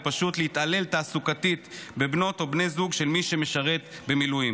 ופשוט להתעלל תעסוקתית בבנות זוג או בני זוג של מי שמשרת במילואים.